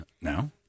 now